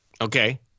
Okay